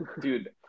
Dude